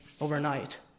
overnight